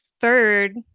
third